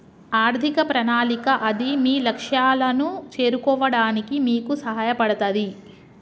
ఆర్థిక ప్రణాళిక అది మీ లక్ష్యాలను చేరుకోవడానికి మీకు సహాయపడతది